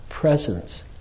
presence